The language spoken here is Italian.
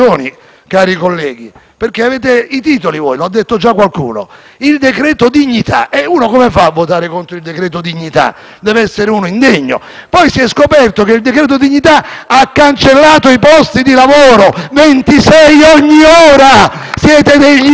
perché voi avete i titoli, come ha già detto qualcuno. Il decreto dignità: uno come fa a votare contro il decreto dignità? Deve essere uno indegno. Poi si è scoperto che il decreto dignità ha cancellato i posti di lavoro, 26 ogni ora. Siete degli Attila